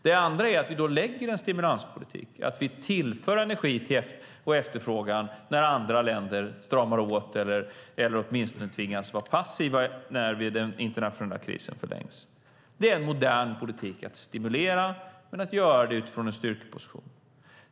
Det andra är att vi lägger en stimulanspolitik och att vi tillför energi och efterfrågan när andra länder stramar åt eller åtminstone tvingas vara passiva när den internationella krisen förlängs. Det är en modern politik: att stimulera men att göra det utifrån en styrkeposition.